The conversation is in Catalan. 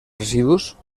residus